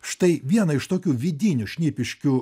štai viena iš tokių vidinių šnipiškių